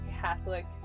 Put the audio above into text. Catholic